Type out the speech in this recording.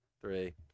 three